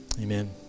amen